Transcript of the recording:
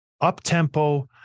up-tempo